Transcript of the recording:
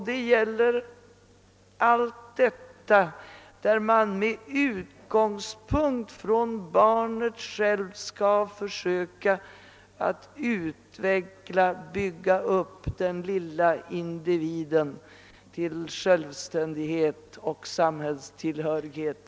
Det gäller allt som sammanhänger med att man med utgångspunkt från barnet självt försöker utveckla och bygga upp den lilla individen till både självständighet och samhällstillhörighet.